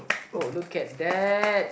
uh look at that